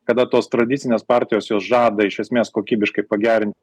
kada tos tradicinės partijos jos žada iš esmės kokybiškai pagerint